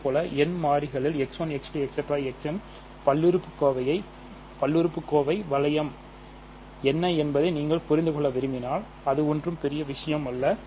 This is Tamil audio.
இதேபோல் n மாறிகளில் பல்லுறுப்புக்கோவையை வளையம் என்ன என்பதை நீங்கள் புரிந்து கொள்ள விரும்பினால் அது ஒன்றும் பெரிய விஷயம் அல்ல